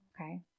Okay